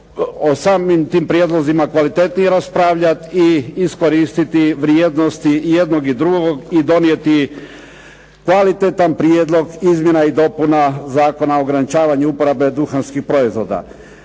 o samim tim prijedlozima kvalitetnije raspravljati i iskoristiti vrijednosti i jednog i drugog i donijeti kvalitetan prijedlog izmjena i dopuna Zakona o ograničenju uporabe duhanskih proizvoda.